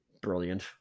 Brilliant